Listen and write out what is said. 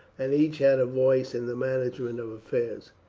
and each had a voice in the management of affairs.